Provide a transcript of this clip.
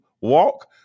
walk